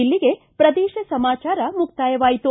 ಇಲ್ಲಿಗೆ ಪ್ರದೇಶ ಸಮಾಚಾರ ಮುಕ್ತಾಯವಾಯಿತು